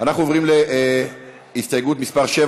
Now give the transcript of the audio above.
אנחנו עוברים להסתייגות מס' 7,